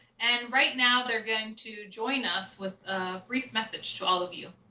and right now they're going to join us with a brief message to all of you.